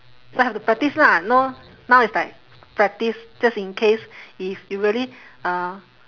so I have to practise lah know now is like practise just in case if it really uh